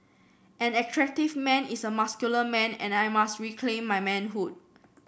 an attractive man is a masculine man and I must reclaim my manhood